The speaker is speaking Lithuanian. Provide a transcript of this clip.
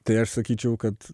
tai aš sakyčiau kad